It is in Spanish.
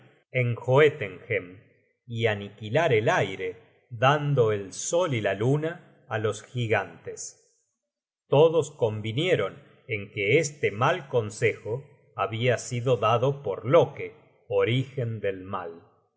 en joetenhem y aniquilar el aire dando el sol y la luna á los gigantes todos convinieron en que este mal consejo habia sido dado por loke orígen del mal le